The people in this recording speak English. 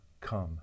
come